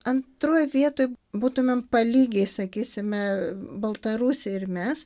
antroj vietoj būtumėm po lygiai sakysime baltarusijai ir mes